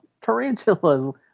Tarantulas